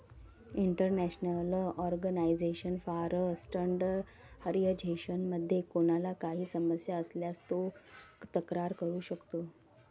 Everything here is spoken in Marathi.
इंटरनॅशनल ऑर्गनायझेशन फॉर स्टँडर्डायझेशन मध्ये कोणाला काही समस्या असल्यास तो तक्रार करू शकतो